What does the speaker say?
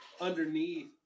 underneath